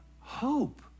hope